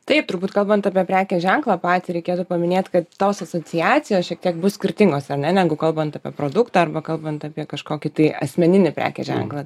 taip turbūt kalbant apie prekės ženklą patį reikėtų paminėt kad tos asociacijos šiek tiek bus skirtingos ar ne negu kalbant apie produktą arba kalbant apie kažkokį tai asmeninį prekės ženklą